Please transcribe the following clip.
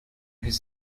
his